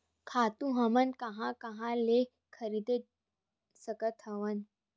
खातु हमन कहां कहा ले खरीद सकत हवन?